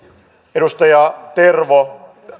edustaja terho